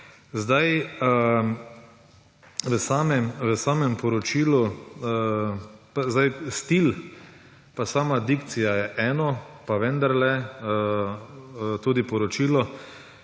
žaljivo. Samo poročilo pa stil pa sama dikcija je eno, pa vendarle tudi poročilo